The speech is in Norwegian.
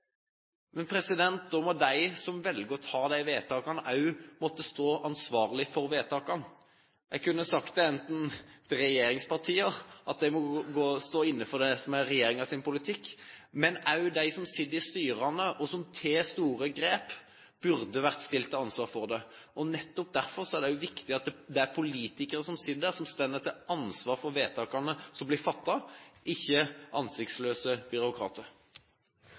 Men da må de som velger å fatte de vedtakene, også måtte stå ansvarlig for vedtakene. Jeg kunne sagt at regjeringspartiene må stå inne for det som er regjeringens politikk, men også de som sitter i styrene, og som tar store grep, burde vært stilt til ansvar. Nettopp derfor er det også viktig at det er politikere som sitter der, som står til ansvar for vedtakene som blir fattet, ikke ansiktsløse byråkrater.